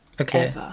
okay